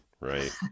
right